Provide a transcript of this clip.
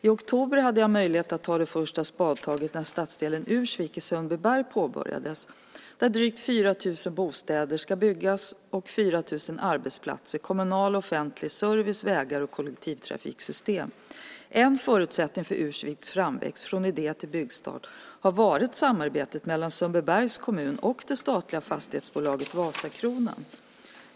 I oktober hade jag möjlighet att ta det första spadtaget när stadsdelen Ursvik i Sundbyberg påbörjades där drygt 4 000 bostäder ska byggas och likaså 4 000 arbetsplatser, kommunal och offentlig service, vägar och kollektivtrafiksystem. En förutsättning för Ursviks framväxt från idé till byggstart har varit samarbetet mellan Sundbybergs kommun och det statliga fastighetsbolaget Vasakronan.